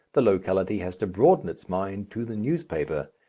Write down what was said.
the locality has to broaden its mind to the newspaper,